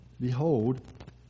Behold